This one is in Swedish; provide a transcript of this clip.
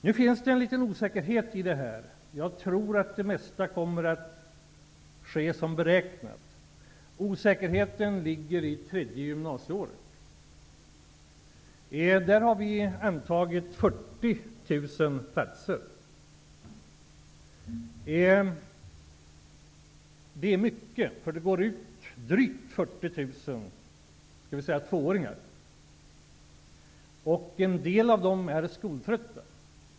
Nu finns det en liten osäkerhet i det här. Jag tror att det mesta kommer att ske som beräknat. Osäkerheten ligger i tredje gymnasieåret. Där har vi antagit 40 000 platser. Det är mycket, för det går ut drygt 40 000 ''tvååringar'', och en del av dem är skoltrötta.